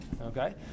okay